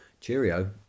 cheerio